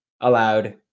allowed